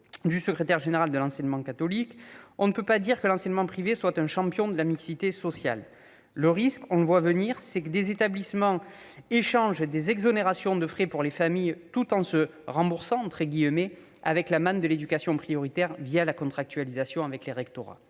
du secrétaire général de l'enseignement catholique, on ne peut pas dire que l'enseignement privé soit un champion de la mixité sociale ... Le risque que l'on voit venir, c'est que des établissements échangent des exonérations de frais pour les familles tout en se « remboursant » avec la manne de l'éducation prioritaire, la contractualisation avec les rectorats.